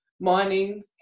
mining